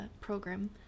program